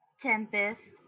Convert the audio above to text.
Tempest